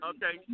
Okay